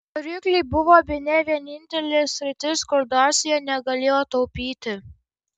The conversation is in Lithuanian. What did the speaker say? varikliai buvo bene vienintelė sritis kur dacia negalėjo taupyti